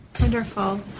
Wonderful